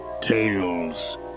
Tales